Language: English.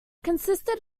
consisted